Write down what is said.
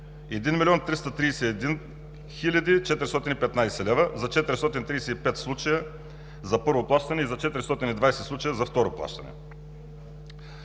1 млн. 331 хил. 415 лв. за 435 случая, за първо плащане и за 420 случая за второ плащане.